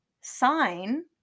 sign